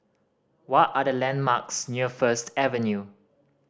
what are the landmarks near First Avenue